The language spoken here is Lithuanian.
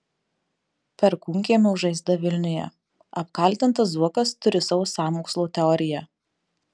perkūnkiemio žaizda vilniuje apkaltintas zuokas turi savo sąmokslo teoriją